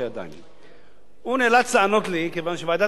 הוא נאלץ לענות לי כיוון שוועדת השרים לחקיקה,